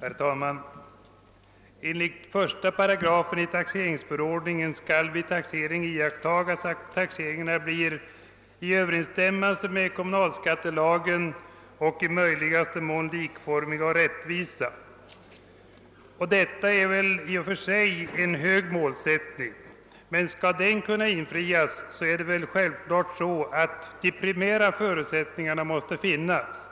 Herr talman! Enligt 1 8 i taxeringsförordningen skall vid taxering iakttagas att taxeringarna blir i överensstämmelse med kommunalskattelagen och i möjligaste mån likformiga och rättvisa. Detta är i och för sig en hög målsättning, men om den skall kunna infrias måste självfallet de primära förutsättningarna finnas.